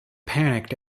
panicked